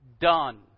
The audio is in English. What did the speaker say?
Done